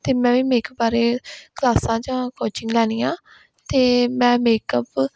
ਅਤੇ ਮੈਂ ਵੀ ਮੇਕਅਪ ਬਾਰੇ ਕਲਾਸਾਂ ਜਾਂ ਕੋਚਿੰਗ ਲੈਣੀ ਆ ਅਤੇ ਮੈਂ ਮੇਕਅਪ